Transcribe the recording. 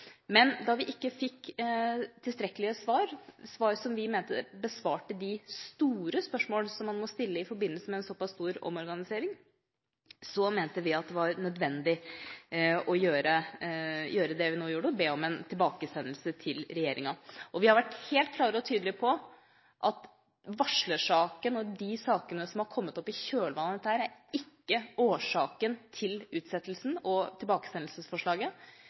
Men da vi ikke fikk tilstrekkelige svar, svar som vi mente besvarte de store spørsmålene som man må stille i forbindelse med en såpass stor omorganisering, mente vi at det var nødvendig å gjøre det vi nå gjorde, og be om en tilbakesendelse til regjeringa. Vi har vært helt klare og tydelige på at varslersaken og de sakene som har kommet opp i kjølvannet av dette, ikke er årsaken til utsettelsen og tilbakesendelsesforslaget.